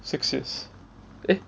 six years eh